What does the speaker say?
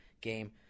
Game